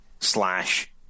slash